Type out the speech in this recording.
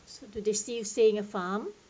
so do they still stay in a farm